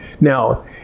Now